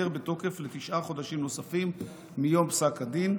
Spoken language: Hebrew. בתוקף לתשעה חודשים נוספים מיום פסק הדין,